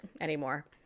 anymore